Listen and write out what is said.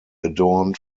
adorned